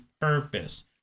purpose